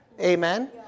Amen